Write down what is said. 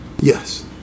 Yes